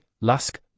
Lusk